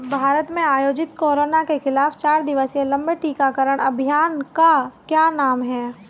भारत में आयोजित कोरोना के खिलाफ चार दिवसीय लंबे टीकाकरण अभियान का क्या नाम है?